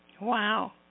Wow